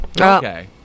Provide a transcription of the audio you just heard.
Okay